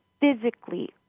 physically